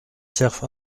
serve